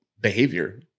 behavior